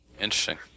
Interesting